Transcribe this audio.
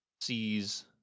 Sees